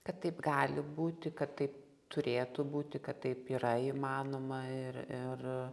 kad taip gali būti kad taip turėtų būti kad taip yra įmanoma ir ir